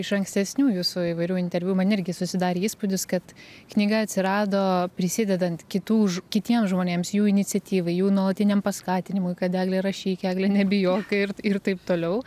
iš ankstesnių jūsų įvairių interviu man irgi susidarė įspūdis kad knyga atsirado prisidedant kitų kitiems žmonėms jų iniciatyvai jų nuolatiniam paskatinimui kad egle rašyk egle nebijok ir ir taip toliau